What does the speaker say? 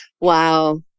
Wow